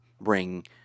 bring